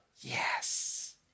yes